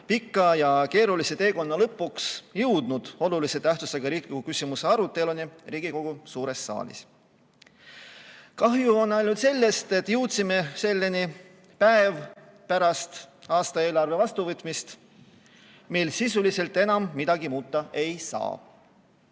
pika ja keerulise teekonna lõpuks jõudnud olulise tähtsusega riikliku küsimuse aruteluni Riigikogu suures saalis. Kahju on ainult sellest, et jõudsime selleni päev pärast aastaeelarve vastuvõtmist, mil sisuliselt enam midagi muuta ei saa.